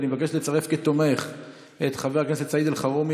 ואני מבקש לצרף כתומכים את חבר הכנסת סעיד אלחרומי,